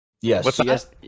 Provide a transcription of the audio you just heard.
Yes